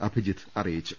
അഭിജിത്ത് അറിയിച്ചു